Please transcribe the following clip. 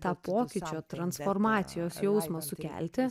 tą pokyčio transformacijos jausmą sukelti